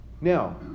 Now